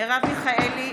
מרב מיכאלי,